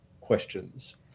questions